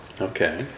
okay